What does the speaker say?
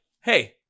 hey